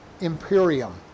imperium